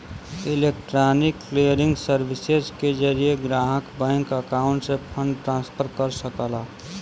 electronic clearing services के जरिये ग्राहक बैंक अकाउंट से फंड ट्रांसफर कर सकला